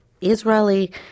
Israeli